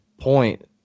point